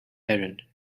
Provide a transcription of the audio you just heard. errand